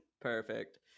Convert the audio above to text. Perfect